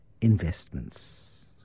investments